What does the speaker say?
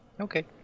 okay